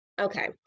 okay